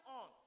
on